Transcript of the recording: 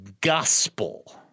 gospel